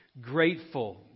grateful